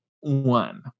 one